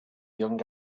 young